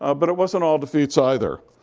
ah but it wasn't all defeats either.